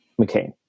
McCain